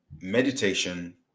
meditation